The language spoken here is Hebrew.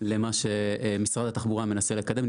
למה שמשרד התחבורה מנסה לקדם,